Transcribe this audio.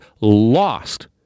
lost